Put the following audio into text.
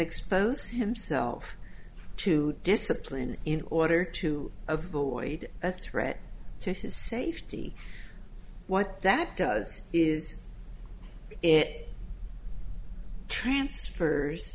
expose himself to discipline in order to avoid a threat to his safety what that does is it transfers